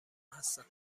هستم